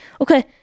Okay